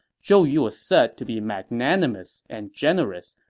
zhou yu was said to be magnanimous and generous,